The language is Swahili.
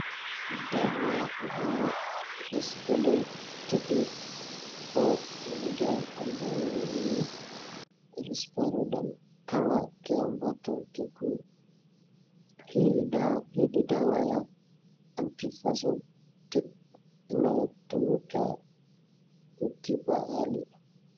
Dawa ya Risperdal tablets four milligrams ambayo ni hii ni Risperdal hii ni dawa ya antibiotic inayotumika kutibu hali.